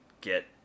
get